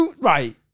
right